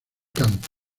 canto